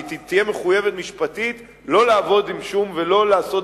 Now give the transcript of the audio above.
תהיה מחויבת משפטית לא לעבוד ולא לעשות